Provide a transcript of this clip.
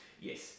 Yes